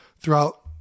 throughout